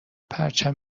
پرچم